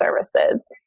services